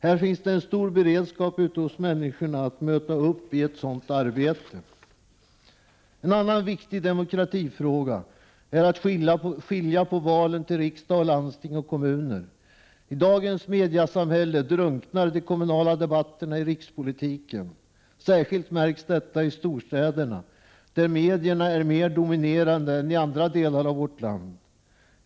Här finns det en stor beredskap ute hos människorna att möta upp i ett sådant arbete. En annan viktig demokratifråga är att skilja på valen till riksdag, landsting och kommuner. I dagens mediasamhälle drunknar de kommunala debatterna i rikspolitiken. Särskilt märks detta i storstäderna, där medierna är mer dominerande än i andra delar av vårt land.